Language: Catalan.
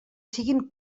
siguin